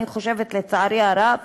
אני חושבת, לצערי הרב,